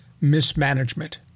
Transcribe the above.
mismanagement